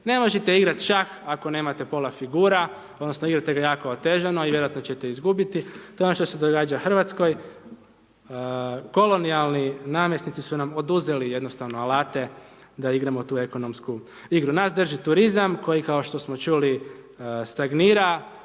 Ne možete igrati šah ako nemate pola figura, odnosno igrate ga jako otežano i vjerojatno ćete izgubiti. To je ono što se događa Hrvatskoj. Kolonijalni namjesnici su nam oduzeli jednostavno alate da igramo tu ekonomsku igru, nas drži turizam koji kao što smo čuli, stagnira,